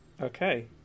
Okay